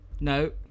No